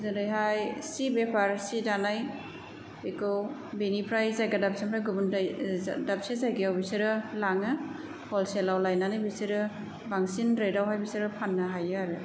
जेरैहाय सि बेफार सि दानाय बेखौ बेनिफ्राय जायगा दाबसेनिफ्राय गुबुन दाबसे जायगायाव बिसोरो लाङो हलसेलाव लायनानै बिसोरो बांसिन रेटावहाय बिसोरो फाननो हायो आरो